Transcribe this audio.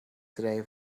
today